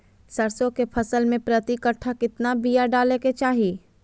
सरसों के फसल में प्रति कट्ठा कितना बिया डाले के चाही?